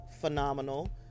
phenomenal